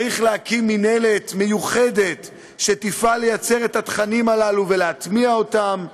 צריך להקים מינהלת מיוחדת שתפעל לייצר את התכנים הללו ולהטמיע אותם,